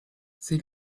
sie